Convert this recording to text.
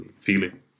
feeling